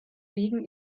wegen